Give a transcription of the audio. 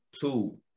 two